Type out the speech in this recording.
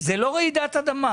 לרעידת אדמה.